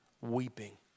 weeping